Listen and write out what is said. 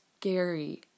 scary